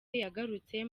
yagarutse